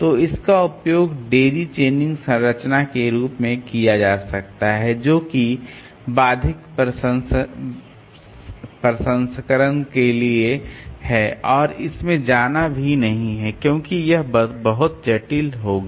तो इसका उपयोग डेज़ी चेनिंग संरचना के रूप में किया जा सकता है जो कि बाधित प्रसंस्करण के लिए है और इसमें जाना भी नहीं है क्योंकि यह बहुत जटिल होगा